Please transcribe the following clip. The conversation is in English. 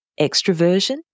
extroversion